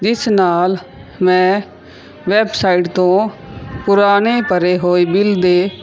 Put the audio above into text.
ਜਿਸ ਨਾਲ ਮੈਂ ਵੈਬਸਾਈਟ ਤੋਂ ਪੁਰਾਣੇ ਭਰੇ ਹੋਏ ਬਿਲ ਦੇ